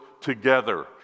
together